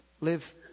live